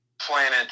planet